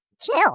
chill